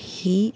ही